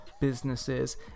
businesses